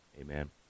Amen